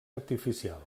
artificial